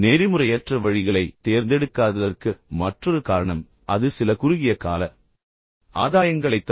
நெறிமுறையற்ற வழிகளைத் தேர்ந்தெடுக்காததற்கு மற்றொரு காரணம் அது உங்களுக்கு சில குறுகிய கால ஆதாயங்களைத் தரும்